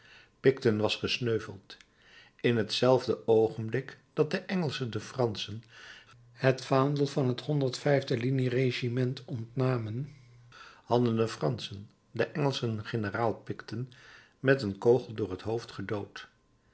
picton was gesneuveld in hetzelfde oogenblik dat de engelschen den franschen het vaandel van het vijfde linieregiment ontnamen hadden de franschen den engelschen generaal picton met een kogel door t hoofd gedood